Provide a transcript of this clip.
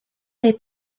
les